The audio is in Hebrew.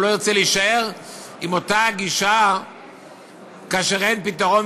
הוא לא ירצה להישאר עם אותה גישה כאשר אין פתרון